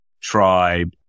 tribe